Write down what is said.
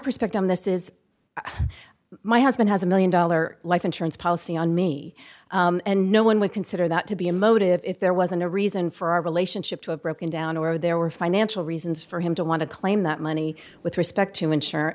perspective on this is my husband has a one million dollar life insurance policy on me and no one would consider that to be a motive if there wasn't a reason for our relationship to a broken down or there were financial reasons for him to want to claim that money with respect to ensure